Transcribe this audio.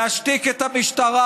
להשתיק את המשטרה.